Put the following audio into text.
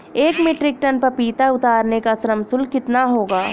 एक metric ton पपीता उतारने का श्रम शुल्क कितना होगा?